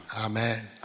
Amen